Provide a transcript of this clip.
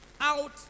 out